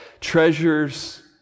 treasures